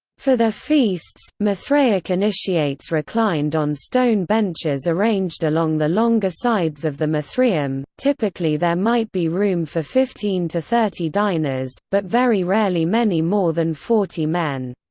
for their feasts, mithraic initiates reclined on stone benches arranged along the longer sides of the mithraeum typically there might be room for fifteen to thirty diners, but very rarely many more than forty men.